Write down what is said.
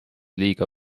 liiga